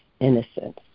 innocence